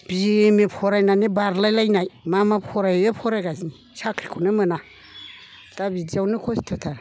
BA M A फरायनानै बारलाय लायनाय मा मा फरायो फरायगासनो साख्रिखौनो मोना दा बिदियावनो खस्थ'थार